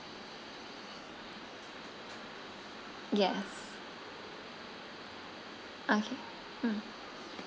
yes okay mm